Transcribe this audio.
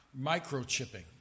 microchipping